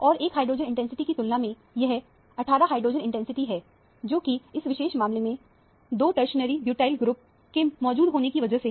और एक hydrogen intensity की तुलना में यह 18 हाइड्रोजन इंटेंसिटी है जो कि इस विशेष मामले में 2 टरसरी ब्यूटाइल ग्रुप के मौजूद होने की वजह से है